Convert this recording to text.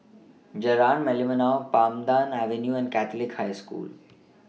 Jalan Merlimau Pandan Avenue and Catholic High School